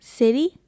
City